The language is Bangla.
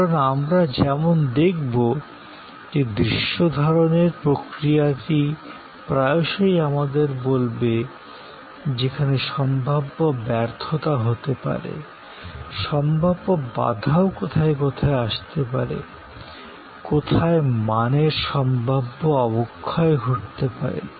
কারণ যেমনটি আমরা দেখবো যে ভিসুয়ালিজশনের প্রক্রিয়াটি প্রায়শই আমাদের বলে দেবে যে কোথায় কোথায় সম্ভাব্য ব্যর্থতা হতে পারে সম্ভাব্য বাধাও কোথায় কোথায় আসতে পারে কোথায় মানের সম্ভাব্য অবক্ষয় ঘটতে পারে